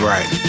Right